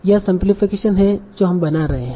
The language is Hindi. यह सिम्प्लिफीकेशन है जो हम बना रहे हैं